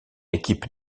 équipe